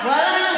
ואללה,